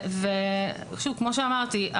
וכמו שאמרתי,